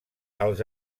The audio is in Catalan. els